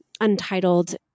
Untitled